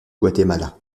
guatemala